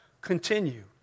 continue